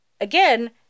Again